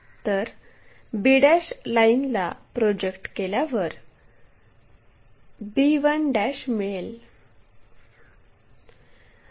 तर b लाईनला project केल्यावर b1 मिळेल